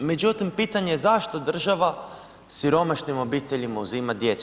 Međutim pitanje je zašto država siromašnim obiteljima uzima djecu?